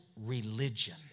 religion